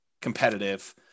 competitive